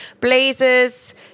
blazers